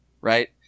right